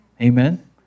Amen